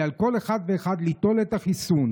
כי על כל אחד ואחד ליטול את החיסון